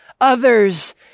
others